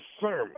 sermon